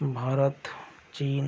भारत चीन